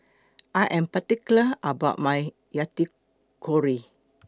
I Am particular about My Yakitori